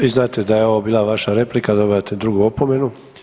Vi znate da je ovo bila vaša replika, dobivate drugu opomenu.